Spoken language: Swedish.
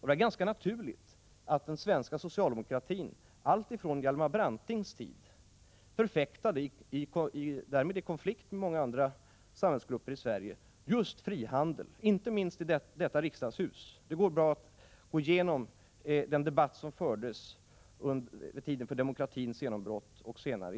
Det var ganska naturligt att den svenska socialdemokratin alltifrån Hjalmar Brantings tid förfäktade — i konflikt med många andra samhällsgrupper i Sverige — just frihandeln, inte minst i detta hus. Det går bra att studera den debatt som fördes i Sverige vid tiden för demokratins genombrott och senare.